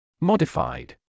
Modified